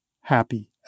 happy